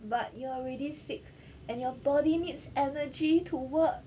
but you're already sick and your body needs energy to work